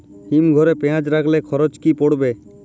হিম ঘরে পেঁয়াজ রাখলে খরচ কি পড়বে?